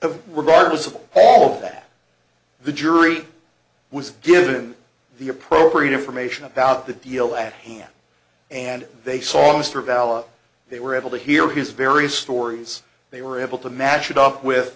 of regardless of all that the jury was given the appropriate information about the deal at hand and they saw mr valla they were able to hear his various stories they were able to match it up with